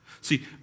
See